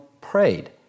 prayed